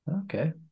Okay